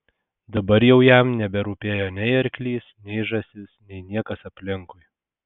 dabar jau jam neberūpėjo nei arklys nei žąsis nei niekas aplinkui